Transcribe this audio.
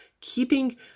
keeping